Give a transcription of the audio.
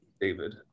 David